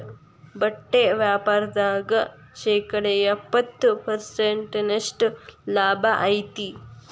ಬಟ್ಟಿ ವ್ಯಾಪಾರ್ದಾಗ ಶೇಕಡ ಎಪ್ಪ್ತತ ಪರ್ಸೆಂಟಿನಷ್ಟ ಲಾಭಾ ಐತಿ